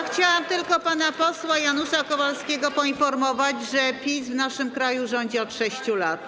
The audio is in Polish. Chciałabym pana posła Janusza Kowalskiego poinformować, że PiS w naszym kraju rządzi od 6 lat.